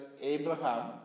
Abraham